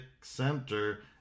center